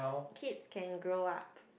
kids can grow up